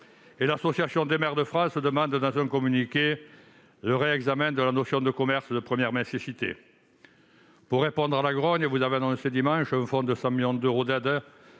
que l'Association des maires de France demande, dans un communiqué, le réexamen de la notion de commerce de première nécessité. Pour répondre à la grogne, vous avez annoncé dimanche un fonds de 100 millions d'euros d'aides